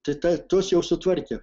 tai ta tuos jau sutvarkė